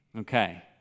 Okay